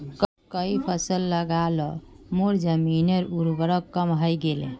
कई फसल लगा ल मोर जमीनेर उर्वरता कम हई गेले